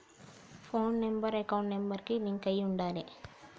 పోను number account number కి link అయ్యి ఉండాలే